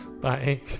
Bye